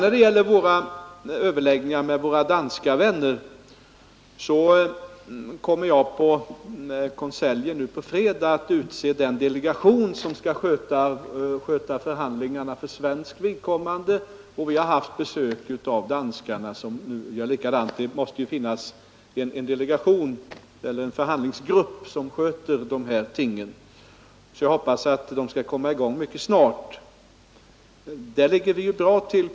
När der sedan gäller överläggningarna med våra danska vänner så kommer vi i konseljen nu på fredag att utse den delegation som skall sköta förhandlingarna för Sveriges vidkommande. Vi har haft besök av våra danska kolleger, som nu gör likadant; det måste ju finnas en förhandlingsgrupp för de här frågorna. Jag hoppas att den mycket snart skall komma i gång med arbetet.